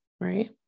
right